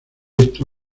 esto